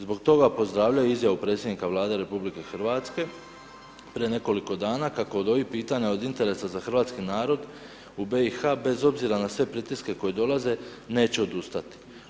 Zbog toga pozdravljaju izjavu predsjednika Vlade Republike Hrvatske prije nekoliko dana kako od ovih pitanja od interesa za hrvatski narod u BiH bez obzira na sve pritiske koji dolaze, neće odustati.